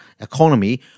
economy